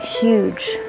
huge